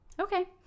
Okay